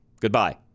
Goodbye